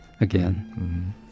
again